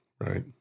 right